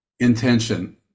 Intention